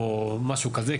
או משהו כזה,